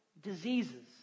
diseases